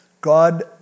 God